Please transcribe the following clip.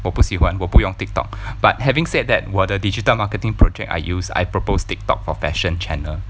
我不喜欢我不用 TikTok but having said that 我的 digital marketing project I use I propose TikTok for fashion channel